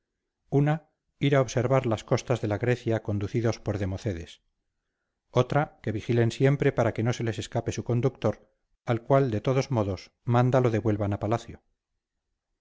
una ir a observar las costas de la grecia conducidos por democedes otra que vigilen siempre para que no se les escape su conductor al cual de todos modos manda lo devuelvan a palacio